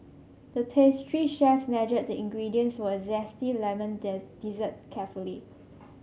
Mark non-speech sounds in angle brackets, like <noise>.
the pastry chef measured the ingredients for a zesty lemon <unintelligible> dessert carefully